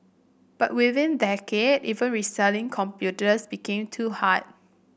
but within decade even reselling computers became too hard